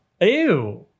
ew